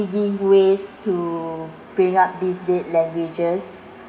digging ways to bring up these dead languages